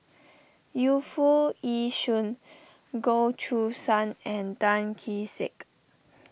Yu Foo Yee Shoon Goh Choo San and Tan Kee Sek